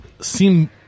seem